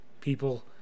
people